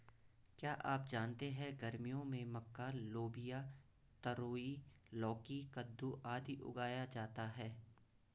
क्या आप जानते है गर्मियों में मक्का, लोबिया, तरोई, लौकी, कद्दू, आदि उगाया जाता है?